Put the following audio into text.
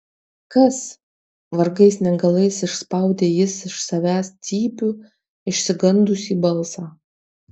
kas vargais negalais išspaudė jis iš savęs cypių išsigandusį balsą